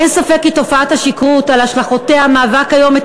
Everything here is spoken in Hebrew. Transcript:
אין ספק כי תופעת השכרות על השלכותיה מהווה כיום את